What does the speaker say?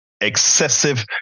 excessive